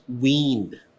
weaned